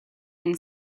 and